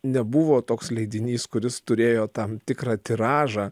nebuvo toks leidinys kuris turėjo tam tikrą tiražą